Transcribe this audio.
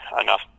enough